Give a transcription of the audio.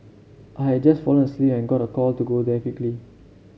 I had just fallen asleep and got a call to go there quickly